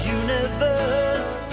universe